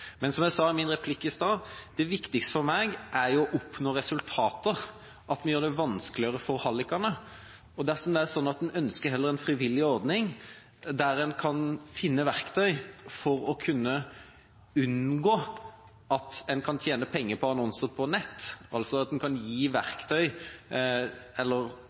Men som jeg sa i min replikk i stad, er det viktigste for meg å oppnå resultater, at vi gjør det vanskeligere for hallikene. Dersom en heller ønsker en frivillig ordning for å kunne unngå at noen kan tjene penger på nettannonser, altså at en kan gi verktøy eller